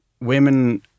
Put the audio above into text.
women